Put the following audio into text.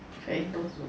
ya Toast Box